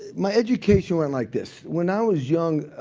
my education went like this. when i was young,